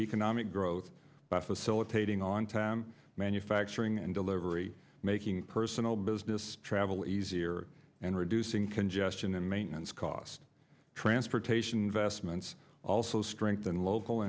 economic growth by facilitating on time manufacturing and delivery making personal business travel easier and reducing congestion and maintenance cost transportation investments also strengthen local